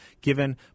given